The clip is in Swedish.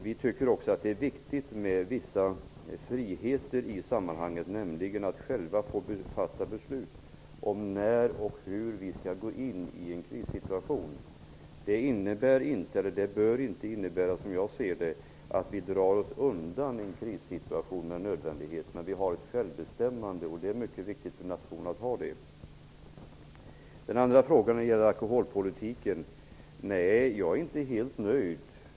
Vi anser också att det är viktigt med vissa friheter, t.ex. friheten för oss att själva få fatta beslut om när och hur vi skall agera i en krissituation. Som jag ser det innebär det inte att vi med nödvändighet drar oss undan i en krissituation, men vi har därigenom ett självbestämmande, och det är det mycket viktigt för en nation att ha. Den andra frågan gäller alkoholpolitiken. Nej, jag är inte helt nöjd.